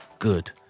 Good